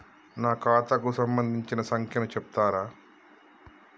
నా ఖాతా కు సంబంధించిన సంఖ్య ను చెప్తరా?